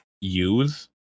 use